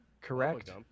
correct